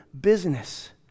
business